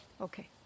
okay